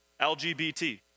LGBT